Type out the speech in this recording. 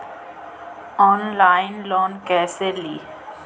Online loan कैसे ली?